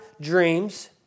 dreams